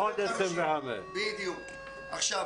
הוא יקבל 50%.